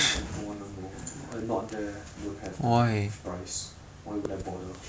don't want ah no I not there don't have the surprise why would I bother